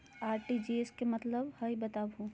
RTGS के का मतलब हई, बताहु हो?